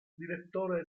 direttore